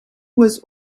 was